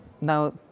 now